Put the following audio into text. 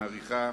שהיא מאריכה